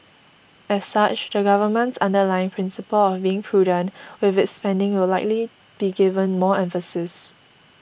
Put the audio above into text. as such the government's underlying principle of being prudent with its spending will likely be given more emphasis